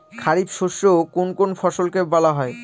খারিফ শস্য কোন কোন ফসলকে বলা হয়?